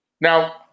now